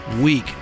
week